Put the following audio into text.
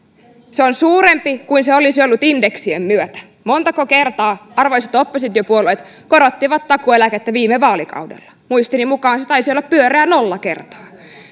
on suurempi kuin se olisi ollut indeksien myötä montako kertaa arvoisat oppositiopuolueet korottivat takuueläkettä viime vaalikaudella muistini mukaan se taisi olla pyöreä nolla kertaa